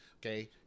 Okay